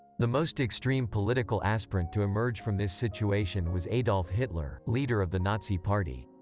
the most extreme political aspirant to emerge from this situation was adolf hitler, leader of the nazi party.